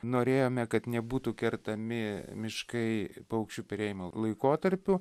norėjome kad nebūtų kertami miškai paukščių perėjimo laikotarpiu